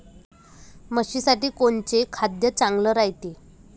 म्हशीसाठी कोनचे खाद्य चांगलं रायते?